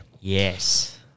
Yes